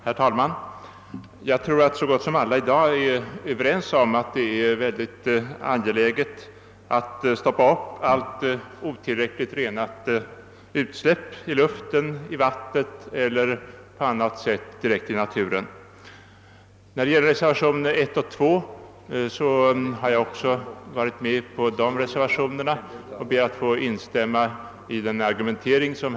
Herr talman! Jag tror att så gott som alla i dag är överens om att det är väldigt angeläget att stoppa upp allt otillräckligt renat utsläpp i luften, i vattnet eller på annat sätt direkt i naturen. Jag har varit med om att underteckna reservationerna I och II och ber att få instämma i herr Tobés argumentering.